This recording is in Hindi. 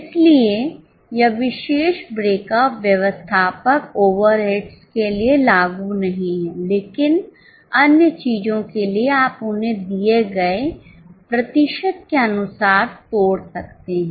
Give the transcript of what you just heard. इसलिए यह विशेष ब्रेकअप व्यवस्थापक ओवरहेड्स के लिए लागू नहीं है लेकिन अन्य चीजों के लिए आप उन्हें दिए गए प्रतिशत के अनुसार तोड़ सकते हैं